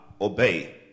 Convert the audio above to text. obey